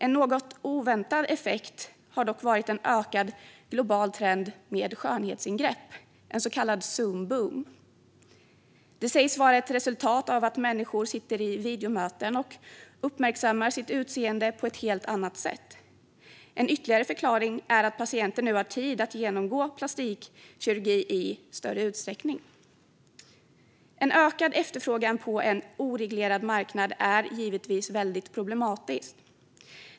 En något oväntad effekt har dock varit en ökad global trend vad gäller skönhetsingrepp, en så kallad zoom boom. Det sägs vara ett resultat av att människor sitter i videomöten och uppmärksammar sitt utseende på ett helt annat sätt. En ytterligare förklaring är att patienter nu har tid att genomgå plastikkirurgi i större utsträckning. En ökad efterfrågan på en oreglerad marknad är givetvis väldigt problematisk.